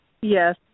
Yes